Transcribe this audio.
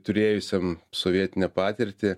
turėjusiam sovietinę patirtį